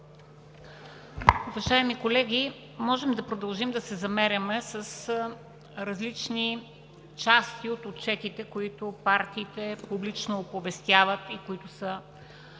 Уважаеми колеги, можем да продължим да се замеряме с различни части от отчетите, които партиите публично оповестяват и които са